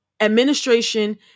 administration